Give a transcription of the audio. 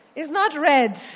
it's not red